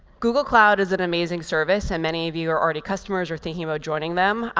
google cloud is an amazing service. and many of you are already customers or thinking about joining them.